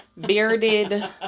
bearded